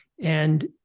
And-